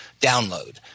download